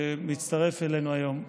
שמצטרף אלינו היום,